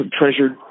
treasured